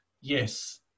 yes